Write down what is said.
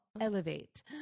Elevate